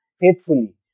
faithfully